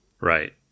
right